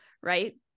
Right